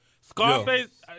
Scarface